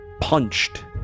punched